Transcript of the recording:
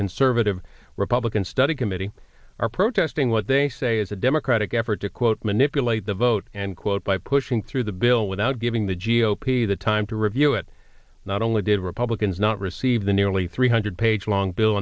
conservative republican study committee are protesting what they say is a democratic effort to quote manipulate the vote and quote by pushing through the bill without giving the g o p the time to review it not only did republicans not receive the nearly three hundred page long bill